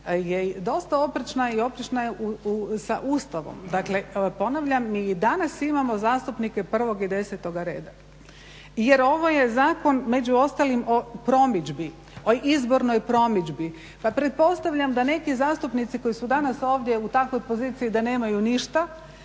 je dosta oprečna. Oprečna je sa Ustavom. Dakle ponavljam, mi i danas imamo zastupnike prvog i desetoga reda jer ovo je zakon među ostalim o promidžbi, o izbornoj promidžbi pa pretpostavljam da neki zastupnici koji su danas ovdje u takvoj poziciji da nemaju ništa